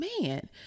Man